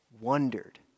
wondered